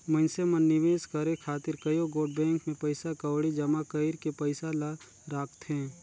मइनसे मन निवेस करे खातिर कइयो गोट बेंक में पइसा कउड़ी जमा कइर के पइसा ल राखथें